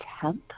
10th